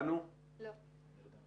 המשרד לא ערוך לכלום.